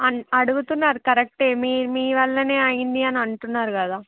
అ అడుగుతున్నారు కరెక్టే మీ మీ వల్లనే అయ్యింది అని అంటున్నారు కదా